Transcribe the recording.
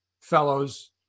fellows